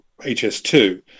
HS2